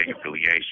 affiliation